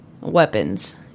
weapons